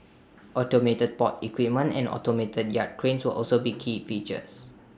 automated port equipment and automated yard cranes will also be key features